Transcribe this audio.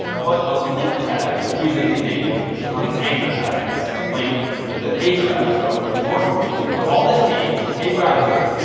but a link tag, confusingly named, because it's not an anchor tag, it's link with an href. so even more confusing. but all this means is hey, browser,